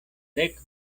dek